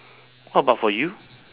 what about for you